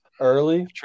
early